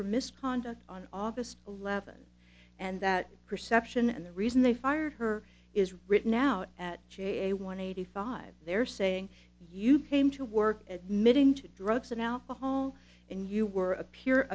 for misconduct on august eleventh and that perception and the reason they fired her is written out at j one eighty five they're saying you came to work at mit into drugs and alcohol and you were a p